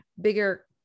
bigger